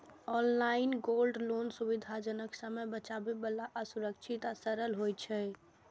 online gold loan सुविधाजनक, समय बचाबै बला आ सुरक्षित आ सरल होइ छै